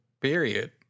Period